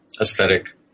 aesthetic